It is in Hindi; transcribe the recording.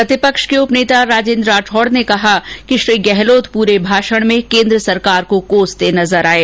प्रतिपक्ष के उपनेता राजेंद्र राठौड़ ने कहा कि श्री गहलोत पूरे भाषण में केंद्र सरकार को कोसते नजर आये